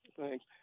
thanks